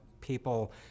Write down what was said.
people